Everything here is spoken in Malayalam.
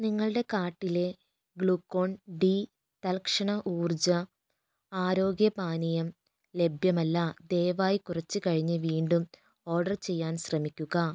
നിങ്ങളുടെ കാർട്ടിലെ ഗ്ലൂക്കോൺ ഡി തൽക്ഷണ ഊർജ്ജ ആരോഗ്യപാനീയം ലഭ്യമല്ല ദയവായി കുറച്ചു കഴിഞ്ഞുവീണ്ടും ഓർഡർ ചെയ്യാൻ ശ്രമിക്കുക